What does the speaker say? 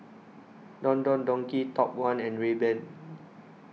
Don Don Donki Top one and Rayban